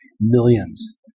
millions